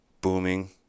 Booming